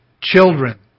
children